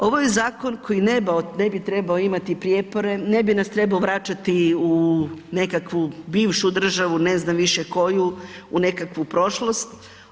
Ovo je zakon koji ne bi trebao imati prijepore, ne bi nas trebao vraćati u nekakvu bivšu državu ne znam više koju, u nekakvu prošlost.